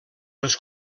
les